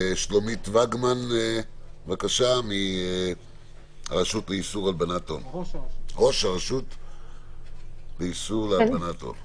שלומית וגמן, ראש הרשות לאיסור הלבנת הון.